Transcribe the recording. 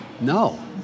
No